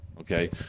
Okay